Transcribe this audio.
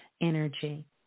energy